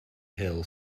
hill